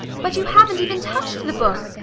but you haven't even touched the book!